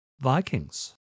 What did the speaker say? Vikings